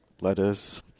Lettuce